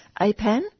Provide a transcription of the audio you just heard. APAN